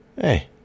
hey